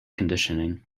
conditioning